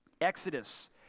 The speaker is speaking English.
Exodus